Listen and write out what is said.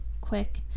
quick